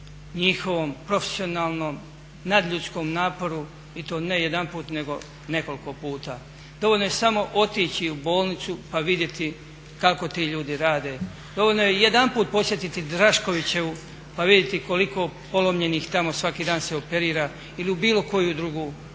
njihovom profesionalnom, nadljudskom naporu i to ne jedanput nego nekoliko puta. Dovoljno je samo otići u bolnicu pa vidjeti kako ti ljudi rade. Dovoljno je jedanput posjetiti Draškovićevu pa vidjeti koliko polomljenih tamo svaki dan se operira ili u bilo koju drugu